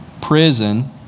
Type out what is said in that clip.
prison